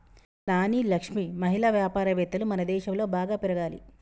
నాని లక్ష్మి మహిళా వ్యాపారవేత్తలు మనదేశంలో బాగా పెరగాలి